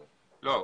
לא.